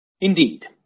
Indeed